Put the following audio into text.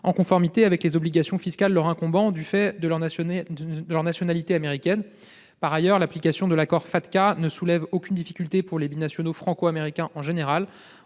en conformité avec les obligations leur incombant en la matière du fait de leur nationalité américaine. Par ailleurs, l'application de l'accord Fatca ne soulève aucune difficulté pour les binationaux franco-américains en général.